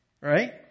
right